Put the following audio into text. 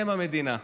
הם המדינה.